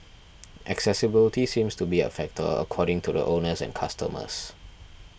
accessibility seems to be a factor according to the owners and customers